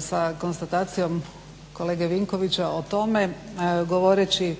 sa konstatacijom kolege Vinkovića o tome, govoreći